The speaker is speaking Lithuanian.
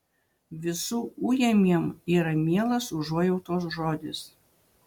visų ujamiem yra mielas užuojautos žodis